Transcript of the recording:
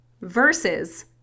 Versus